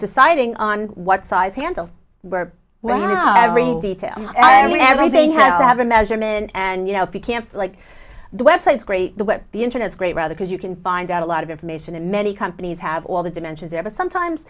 deciding on what size handle well not every detail i mean everything had to have a measurement and you know if you can't like the websites great the web the internet is great rather because you can find out a lot of information and many companies have all the dimensions of a sometimes